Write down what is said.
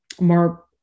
more